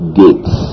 gates